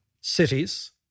cities